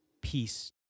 peace